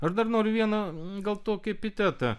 ar dar noriu vieną gal tokį epitetą